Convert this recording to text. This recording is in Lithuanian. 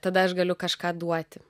tada aš galiu kažką duoti